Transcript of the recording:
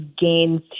gains